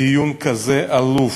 דיון כזה עלוב